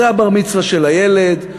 זה הבר-מצווה של הילד,